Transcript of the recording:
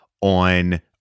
on